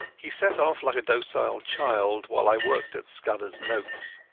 he set off like a docile child, while i worked at scudderas notes.